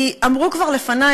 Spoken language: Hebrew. כי אמרו כבר לפני,